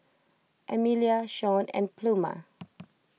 Emelia Shaun and Pluma